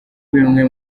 bimwe